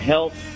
Health